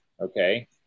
Okay